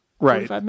Right